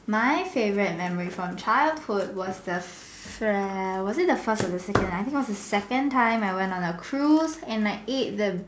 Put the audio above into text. my favourite memory from childhood was the Se was it the first or the second I think it was the second time I went on a Cruise and I ate the